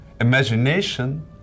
Imagination